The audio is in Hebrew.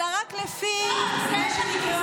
אלא רק לפי מה שנקרא